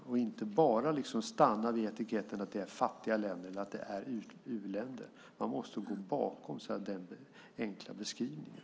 Man kan inte bara stanna vid etiketten att det är fattiga länder, att det är u-länder. Man måste gå bakom den enkla beskrivningen.